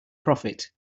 profit